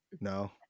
no